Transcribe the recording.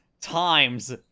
times